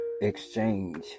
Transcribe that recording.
exchange